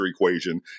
equation